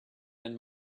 and